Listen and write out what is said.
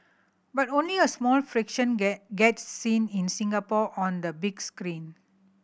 but only a small fraction get get seen in Singapore on the big screen